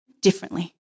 differently